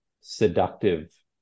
seductive